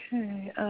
Okay